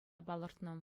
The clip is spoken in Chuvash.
палӑртнӑ